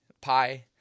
Pi